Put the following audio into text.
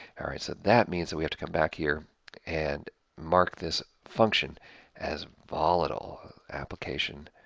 alright, so that means that we have to come back here and mark this function as volatile, application